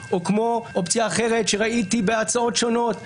או כמו אופציה אחרת שראיתי בהצעות שונות,